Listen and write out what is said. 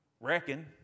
Reckon